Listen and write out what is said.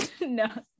no